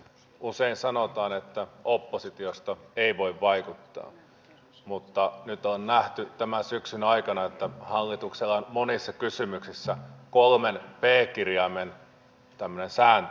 usein sanotaan että oppositiosta ei voi vaikuttaa mutta nyt on nähty tämän syksyn aikana että hallituksella on monissa kysymyksissä kolmen p kirjaimen tämmöinen sääntö